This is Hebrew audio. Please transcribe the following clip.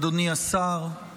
אדוני השר,